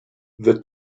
the